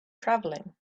travelling